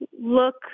look